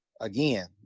again